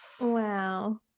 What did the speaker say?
Wow